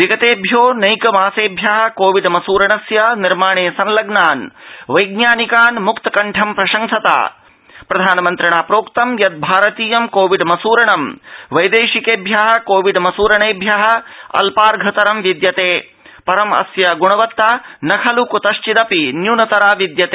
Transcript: विगतेभ्यो नैकमासेभ्यः कोविड मसूरणस्य निर्माणे संलग्नान् वैज्ञानिकान् मुक्तकण्ठं प्रशंसन् प्रधानमन्त्री प्रावोचत् यद् भारतीयं कोविड मसूरण वैदेशिकेभ्यः कोविड मसूरणेभ्यः अल्पार्यतर विद्यते परम् अस्य ग्णवत्ता न खल् कृतश्चिदपि न्यूनतराऽस्ति